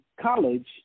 college